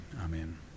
amen